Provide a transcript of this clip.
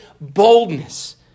boldness